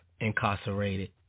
incarcerated